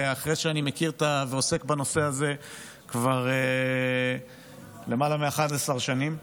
אחרי שאני עוסק בנושא כבר למעלה מ-11 שנים.